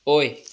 ꯑꯣꯏ